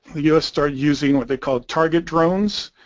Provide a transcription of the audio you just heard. us started using what they called target drones.